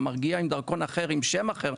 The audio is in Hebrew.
או מגיע עם דרכון אחר עם שם אחר,